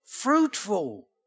fruitful